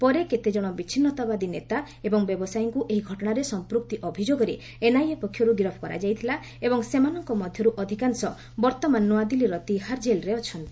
ପରେ କେତେ ଜଣ ବିଚ୍ଛିନ୍ତାବାଦୀ ନେତା ଏବଂ ବ୍ୟବସାୟୀଙ୍କୁ ଏହି ଘଟଣାରେ ସମ୍ପୁକ୍ତି ଅଭିଯୋଗରେ ଏନ୍ଆଇଏ ପକ୍ଷରୁ ଗିରଫ କରାଯାଇଥିଲା ଏବଂ ସେମାନଙ୍କ ମଧ୍ୟର୍ ଅଧିକାଂଶ ବର୍ତ୍ତମାନ ନ୍ତଆଦିଲ୍ଲୀର ତିହାର ଜେଲ୍ରେ ଅଛନ୍ତି